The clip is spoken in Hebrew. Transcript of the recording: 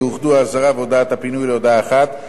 יאוחדו האזהרה והודעת הפינוי להודעה אחת,